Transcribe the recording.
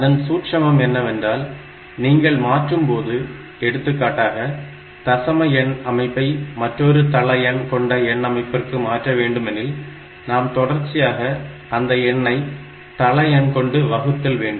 அதன் சூட்சுமம் என்னவென்றால் நீங்கள் மாற்றும்போது எடுத்துக்காட்டாக தசம எண் அமைப்பை மற்றொரு தள எண் கொண்ட எண் அமைப்பிற்கு மாற்ற வேண்டுமெனில் நாம் தொடர்ச்சியாக அந்த எண்ணை தள எண் கொண்டு வகுத்தல் வேண்டும்